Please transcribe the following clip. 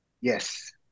Yes